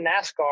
NASCAR